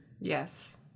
Yes